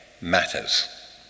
matters